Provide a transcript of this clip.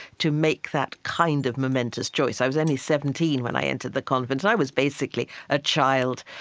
to make that kind of momentous choice. i was only seventeen when i entered the convent, and i was basically a child.